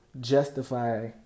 justify